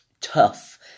tough